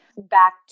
Back